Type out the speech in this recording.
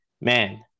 man